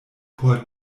por